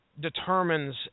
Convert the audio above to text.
determines